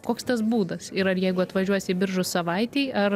koks tas būdas ir ar jeigu atvažiuosi į biržus savaitei ar